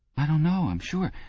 i don't know, i'm sure.